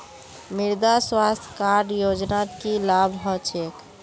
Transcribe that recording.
मृदा स्वास्थ्य कार्ड योजनात की लाभ ह छेक